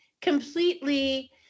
completely